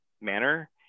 manner